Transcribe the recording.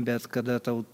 bet kada tau